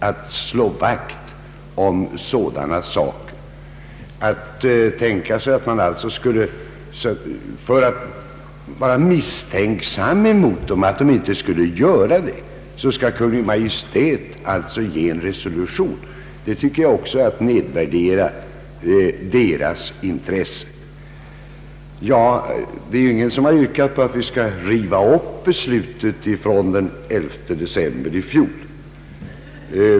Det är en rättighet för denna befolkning att slå vakt om sådana saker. Skulle Kungl. Maj:t ge en resolution vore det att nedvärdera kommunernas intresse. Det är ingen som har yrkat på att vi skall riva upp beslutet från den 10 december i fjol.